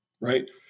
right